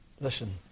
Listen